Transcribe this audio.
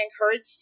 encouraged